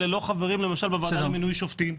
חברים למשל בוועדה למינוי שופטים?